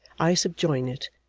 i subjoin it,